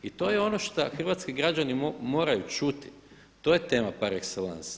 I to je ono što hrvatski građani moraju čuti, to je tema par exelance.